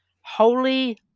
Holy